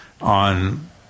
on